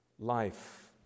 life